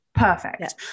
perfect